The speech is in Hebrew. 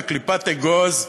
בקליפת אגוז,